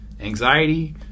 anxiety